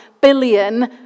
billion